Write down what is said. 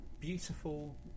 beautiful